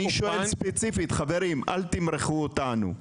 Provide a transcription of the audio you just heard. אני שואל ספציפית, חברים, אל תמרחו אותנו.